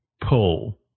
pull